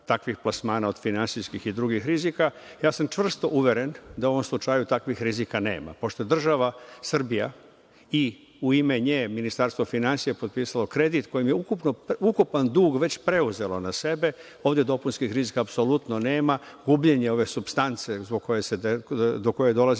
takvih plasmana od finansijskih i drugih rizika, čvrsto sam uveren da u ovom slučaju takvih rizika nema pošto je država Srbija i u ime nje, Ministarstvo finansija potpisalo kredit kojim je ukupan dug već preuzela na sebe, ovde dopunskih rizika apsolutno nema, gubljenje ove supstance do koje dolazi